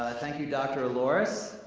thank you, dr. loris,